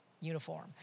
uniform